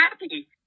happy